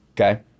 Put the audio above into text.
okay